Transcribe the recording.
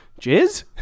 Jizz